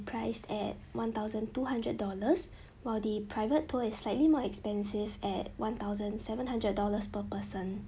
priced at one thousand two hundred dollars while the private tour is slightly more expensive at one thousand seven hundred dollars per person